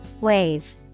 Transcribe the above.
Wave